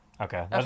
Okay